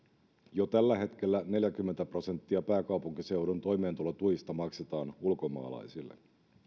jo tällä hetkellä neljäkymmentä prosenttia pääkaupunkiseudun toimeentulotuista maksetaan ulkomaalaisille